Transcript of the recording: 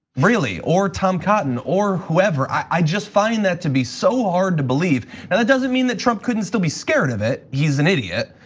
really or tom cotton or whoever, i just find that to be so hard to believe. and that doesn't mean that trump couldn't still be scared of it. he's an idiot.